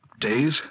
days